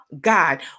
God